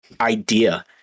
idea